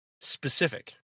specific